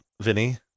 Vinny